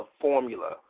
formula